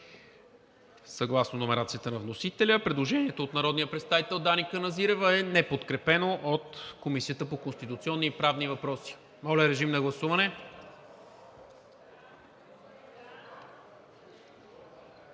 съгласно номерацията на вносителя. Предложението от народния представител Дани Каназирева е неподкрепено от Комисията по конституционни и правни въпроси. Гласували